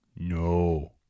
no